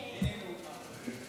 הינה, הינה הוא בא.